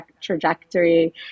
trajectory